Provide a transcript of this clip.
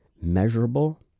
measurable